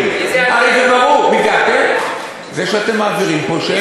זה לא ראשונים.